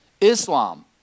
Islam